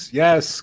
yes